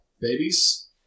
babies